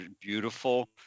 beautiful